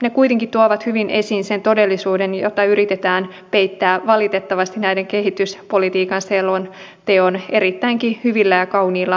ne kuitenkin tuovat hyvin esiin sen todellisuuden jota valitettavasti yritetään peittää näillä kehityspolitiikan selonteon erittäinkin hyvillä ja kauniilla sanoilla